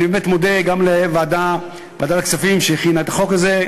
אני באמת מודה גם לוועדת הכספים שהכינה את החוק הזה.